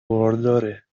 بارداره